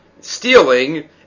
Stealing